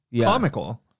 Comical